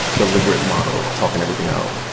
deliberate model of talking everything out,